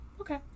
Okay